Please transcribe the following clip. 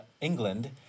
England